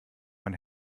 man